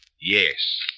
Yes